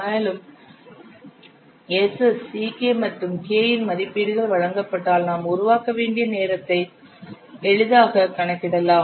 மேலும் Ss Ck மற்றும் K இன் மதிப்புகள் வழங்கப்பட்டால் நாம் உருவாக்க வேண்டிய நேரத்தை எளிதாக கணக்கிடலாம்